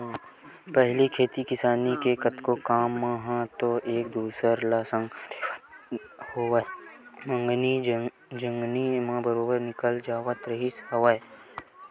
पहिली खेती किसानी के कतको काम मन ह तो एक दूसर ल संग देवत होवय मंगनी जचनी म बरोबर निकल जावत रिहिस हवय